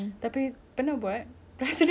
macam tak boleh make it tak tahu